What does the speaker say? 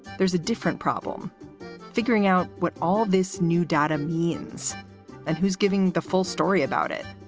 there's a different problem figuring out what all this new data means and who's giving the full story about it.